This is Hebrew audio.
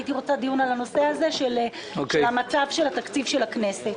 הייתי רוצה דיון בנושא מצב התקציב של הכנסת.